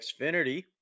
Xfinity